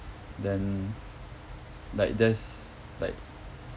then like that's like